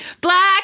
Black